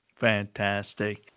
Fantastic